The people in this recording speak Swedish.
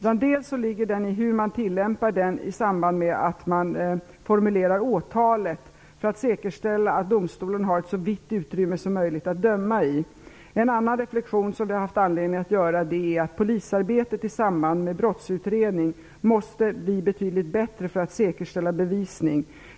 Den ligger bl.a. på hur man tillämpar lagstiftningen i samband med att man formulerar åtalet för att säkerställa att domstolen har ett så vitt utrymme som möjligt att döma i. En annan reflexion som vi har haft anledning att göra är att polisarbetet i samband med brottsutredning måste bli betydligt bättre för att säkerställa bevisning.